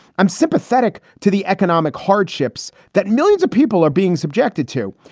i'm sympathetic to the economic hardships that millions of people are being subjected to,